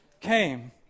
came